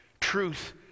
Truth